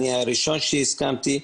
אני הראשון שהסכמתי.